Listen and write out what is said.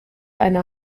einer